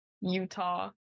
Utah